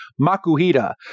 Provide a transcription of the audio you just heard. Makuhita